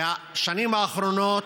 בשנים האחרונות,